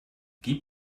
gib